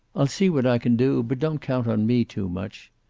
i'll see what i can do. but don't count on me too much.